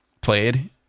played